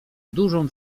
dużą